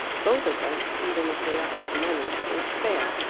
both of them even if they offered money would fail.